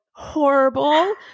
horrible